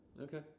Okay